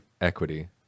equity